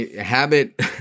habit